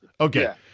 Okay